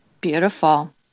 Beautiful